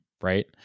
right